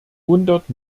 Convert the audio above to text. hundert